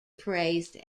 praised